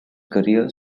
career